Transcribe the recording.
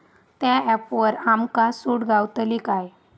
त्या ऍपवर आमका सूट गावतली काय?